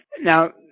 Now